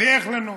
ואיך לנוח.